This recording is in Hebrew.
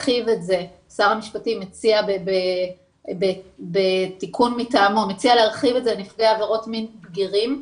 שר המשפטים מציע בתיקון מטעמו להרחיב את זה לנפגעי עבירות מין בגירים.